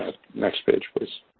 next page please.